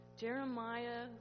Jeremiah